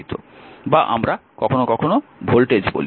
বা আমরা কখনও কখনও ভোল্টেজ বলি